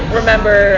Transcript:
remember